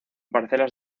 parcelas